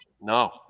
No